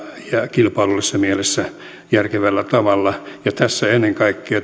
kilpailullisessa mielessä järkevällä tavalla ja tässä ennen kaikkea